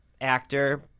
actor –